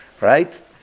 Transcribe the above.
right